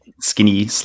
skinny